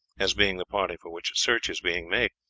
as being the party for which search is being made.